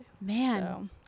Man